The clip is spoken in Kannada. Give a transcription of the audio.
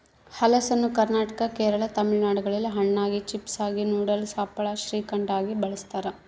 ಹಲಸನ್ನು ಕರ್ನಾಟಕ ಕೇರಳ ತಮಿಳುನಾಡುಗಳಲ್ಲಿ ಹಣ್ಣಾಗಿ, ಚಿಪ್ಸಾಗಿ, ನೂಡಲ್ಸ್, ಹಪ್ಪಳ, ಶ್ರೀಕಂಠ ಆಗಿ ಬಳಸ್ತಾರ